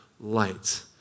light